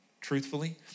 truthfully